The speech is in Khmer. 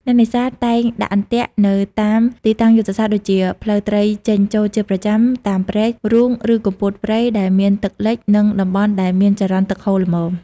អ្នកនេសាទតែងដាក់អន្ទាក់នៅតាមទីតាំងយុទ្ធសាស្ត្រដូចជា ផ្លូវត្រីចេញចូលជាប្រចាំ តាមព្រែក រូងឬគុម្ពោតព្រៃដែលមានទឹកលិច និងតំបន់ដែលមានចរន្តទឹកហូរល្មម។